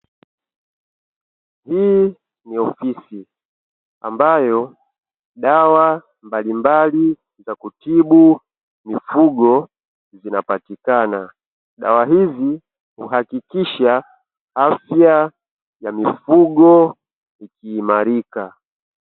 Hii ni ofisi ambayo dawa mbalimbali za kutibu mifugo zinapatikana. Dawa hizi uhakikisha afya ya mifugo ikiimarika.